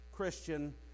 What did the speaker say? Christian